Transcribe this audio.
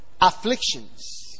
Afflictions